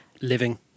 living